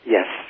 Yes